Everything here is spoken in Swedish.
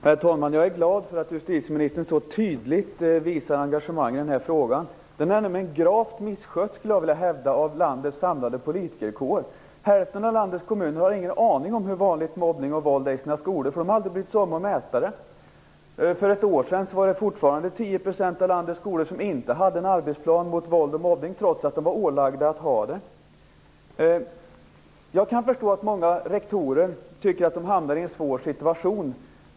Herr talman! Jag är glad för att justitieministern så tydligt visar engagemang i den här frågan. Den har nämligen gravt misskötts av landets samlade politikerkår, skulle jag vilja hävda. Hälften av landets kommuner har ingen aning om hur vanligt mobbning och våld är i deras skolor, för de har aldrig brytt sig om att mäta det. För ett år sedan var det fortfarande 10 % av landets skolor som inte hade en arbetsplan mot våld och mobbning, trots att de var ålagda att ha det. Jag kan förstå att många rektorer tycker att de hamnar i en svår situation.